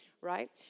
right